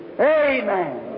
Amen